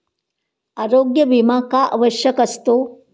आरोग्य विमा का आवश्यक असतो?